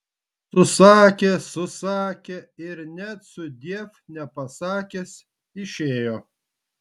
susakė susakė ir net sudiev nepasakęs išėjo